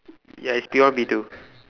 ya is P one P two